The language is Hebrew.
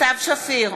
סתיו שפיר,